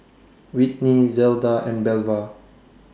Whitney Zelda and Belva